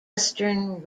western